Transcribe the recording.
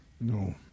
no